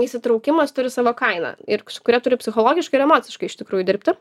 įsitraukimas turi savo kainą ir kuria turi psichologiškai ir emociškai iš tikrųjų dirbti